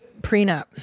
prenup